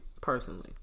personally